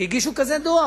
שהגישו כזה דוח.